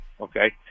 okay